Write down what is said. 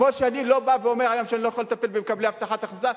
כמו שהיום אני לא בא ואומר שאני לא יכול לטפל במקבלי הבטחת הכנסה,